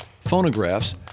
phonographs